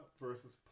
versus